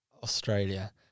australia